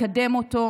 מקדם אותו,